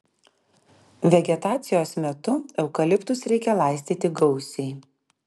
vegetacijos metu eukaliptus reikia laistyti gausiai